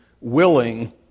willing